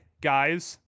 guys